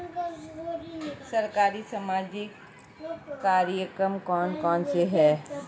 सरकारी सामाजिक कार्यक्रम कौन कौन से हैं?